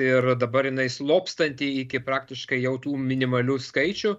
ir dabar jinai slopstanti iki praktiškai jau tų minimalių skaičių